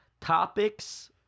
topics